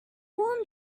warm